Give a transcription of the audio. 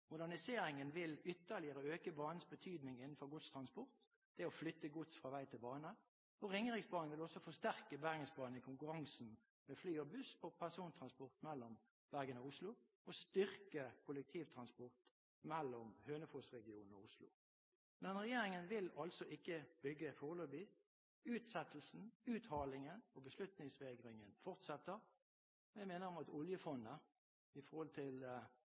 Moderniseringen vil ytterligere øke banens betydning innenfor godstransport – det å flytte gods fra vei til bane. Ringeriksbanen vil også forsterke Bergensbanen i konkurransen med fly og buss på persontransport mellom Bergen og Oslo og styrke kollektivtransporten mellom Hønefoss-regionen og Oslo. Men regjeringen vil altså ikke bygge foreløpig. Utsettelsen, uthalingen og beslutningsvegringen fortsetter. Jeg minner om at oljefondet – med hensyn til